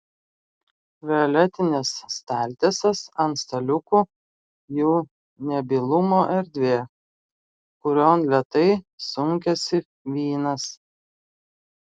violetinės staltiesės ant staliukų jų nebylumo erdvė kurion lėtai sunkiasi vynas